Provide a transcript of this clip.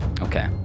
Okay